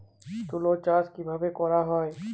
তুলো চাষ কিভাবে করা হয়?